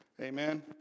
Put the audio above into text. Amen